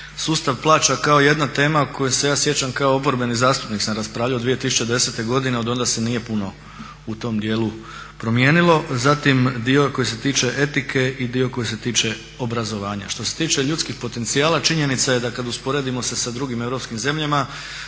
sustav plaća kao jedna tema koje se ja sjećam kao oporbeni zastupnik gdje sam raspravljao 2010. godine, i odonda se nije puno u tom dijelu promijenilo. Zatim dio koji se tiče etike i dio koji se tiče obrazovanja. Što se tiče ljudskih potencijala činjenica je da kad usporedimo se sa drugim europskim zemljama